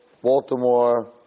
Baltimore